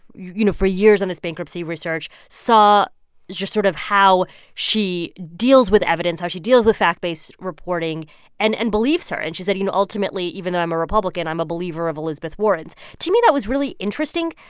you know, for years on this bankruptcy research, saw just sort of how she deals with evidence, how she deals with fact-based reporting and and believes her. and she said, you know, ultimately, even though i'm a republican, i'm a believer of elizabeth warren's to me, that was really interesting.